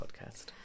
podcast